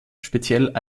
speziell